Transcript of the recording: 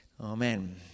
Amen